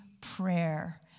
prayer